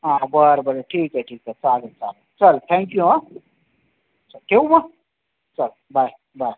हा बरं बरं ठीक आहे ठीक आहे चालेल चालेल चल थँक्यू हां ठेऊ मग चल बाय बाय